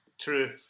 True